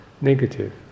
negative